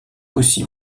aussi